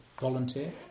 volunteer